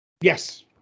Yes